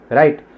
right